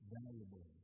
valuable